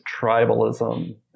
tribalism